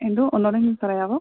എന്തോ ഒന്നും കൂടെ പറയാമോ